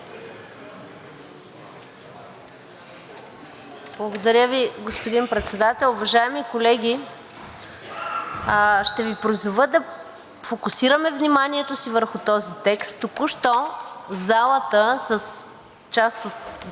Благодаря Ви, господин Председател. Уважаеми колеги, ще Ви призова да фокусираме вниманието си върху този текст. Току-що залата с част от